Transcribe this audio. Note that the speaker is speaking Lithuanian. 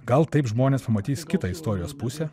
gal taip žmonės pamatys kitą istorijos pusę